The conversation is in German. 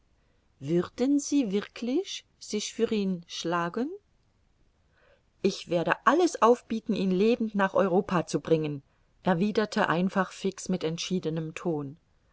sie wirklich sich für ihn schlagen ich werde alles aufbieten ihn lebend nach europa zu bringen erwiderte einfach fix mit entschiedenem ton